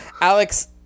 alex